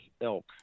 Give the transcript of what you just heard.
elk